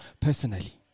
personally